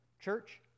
Church